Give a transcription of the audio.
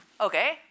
Okay